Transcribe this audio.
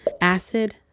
acid